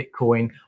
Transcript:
Bitcoin